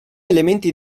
elementi